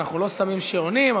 אנחנו לא שמים שעונים.